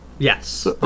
Yes